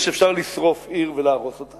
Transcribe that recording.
אפשר לשרוף עיר ולהרוס אותה,